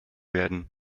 werden